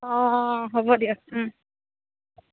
অঁ হ'ব দিয়ক